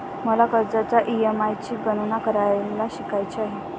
मला कर्जाच्या ई.एम.आय ची गणना करायला शिकायचे आहे